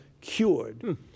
cured